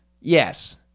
Yes